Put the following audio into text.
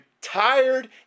tired